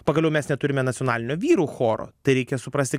pagaliau mes neturime nacionalinio vyrų choro tai reikia suprasti